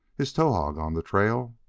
is towahg on the trail?